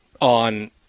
on